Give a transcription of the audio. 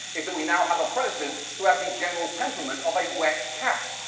is that we now have a president who has the general temperament of a wet cat.